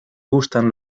gustan